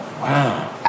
Wow